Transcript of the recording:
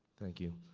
thank you.